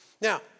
Now